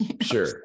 Sure